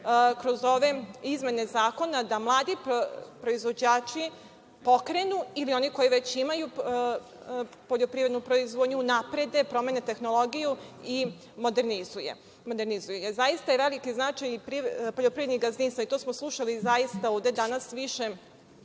kroz ove izmene zakona, da mladi proizvođači pokrenu ili oni koji već imaju poljoprivrednu proizvodnju unaprede, promene tehnologiju i modernizuju je. Zaista je veliki značaj za poljoprivredna gazdinstva, i to smo slušali zaista ovde danas više